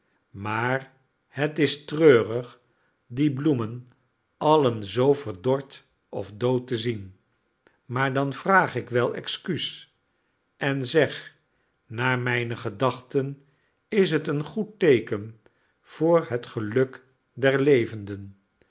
maar het is treurig die bloemen alien zoo verdord of dood te zien maar dan vraag ik wel excuus en zeg naar mijne gedachten is het een goed teeken voor het geluk der levenden